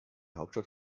hauptstadt